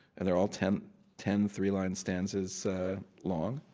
and they're all ten ten three-line stanzas long,